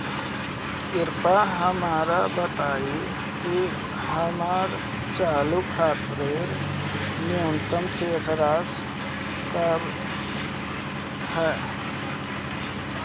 कृपया हमरा बताइं कि हमर चालू खाता खातिर न्यूनतम शेष राशि का ह